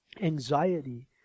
anxiety